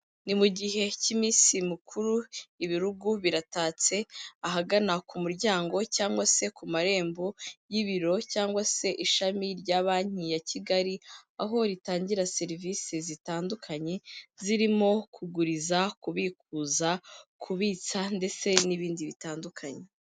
Ni mu gihe cy'iminsi mikuru, ibirugu biratatse, ahagana ku muryango cyangwa se ku marembo y'ibiro cyangwa se ishami rya banki ya Kigali, aho ritangira serivisi zitandukanye, zirimo kuguriza, kubikuza, kubitsa ndetse n'ibindi bitandukanye.